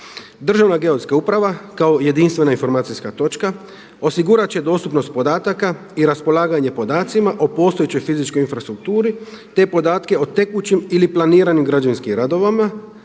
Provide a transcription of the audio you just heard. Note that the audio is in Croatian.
Državna geodetska uprava kao jedinstvena informacijska točka osigurat će dostupnost podataka i raspolaganje podacima o postojećoj fizičkoj infrastrukturi, te podatke o tekućim ili planiranim građevinskim radovima